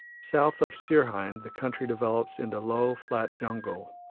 south of sirhind the country develops into low, flat jungle,